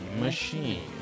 Machine